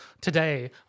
today